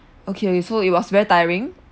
okay so it was very tiring